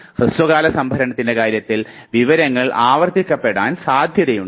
ഹൃസ്വകാല സംഭരണത്തിൻറെ കാര്യത്തിൽ വിവരങ്ങൾ ആവർത്തിക്കപ്പെടാൻ സാധ്യതയുണ്ട്